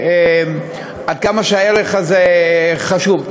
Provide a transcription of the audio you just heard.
עד כמה שהערך הזה חשוב,